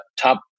top